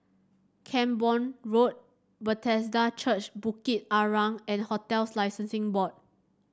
Camborne Road Bethesda Church Bukit Arang and Hotels Licensing Board